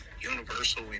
universal